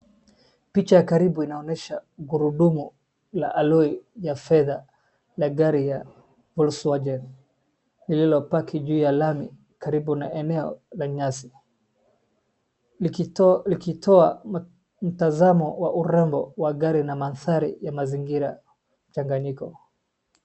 Picha karibu inaonyesha gurudumu la aloi ya fedha la gari ya Volkswagen lililopaki juu ya lami karibu na eneo la nyasi likitoa mtanzamo wa urembo wa gari na mandhari ya mazingira changanyiko.